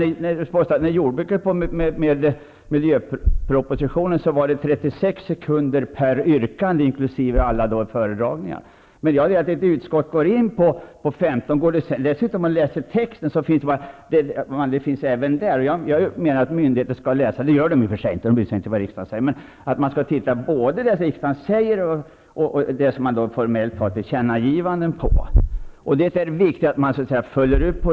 Det påstås att när jordbruksutskottet höll på med miljöpropositionen fick det ta 36 sekunder per yrkande, inkl. alla föredragningar. Tillkännagivanden finner man också om man läser texten. Jag menar att myndigheter skall läsa dessa. Det gör de i och för sig inte. De bryr sig inte om vad riksdagen säger. Men man skall titta både på det som riksdagen säger och på de formella tillkännagivandena. Det är viktigt att besluten följs upp.